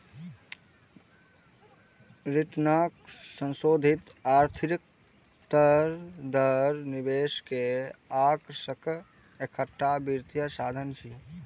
रिटर्नक संशोधित आंतरिक दर निवेश के आकर्षणक एकटा वित्तीय साधन छियै